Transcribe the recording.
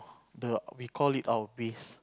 the we call it our base